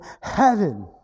heaven